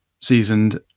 Seasoned